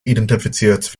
identifiziert